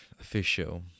official